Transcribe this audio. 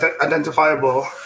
identifiable